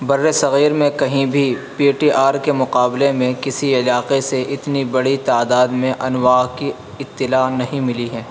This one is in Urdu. بر صغیر میں کہیں بھی پی ٹی آر کے مقابلے میں کسی علاقے سے اتنی بڑی تعداد میں انواع کی اطلاع نہیں ملی ہے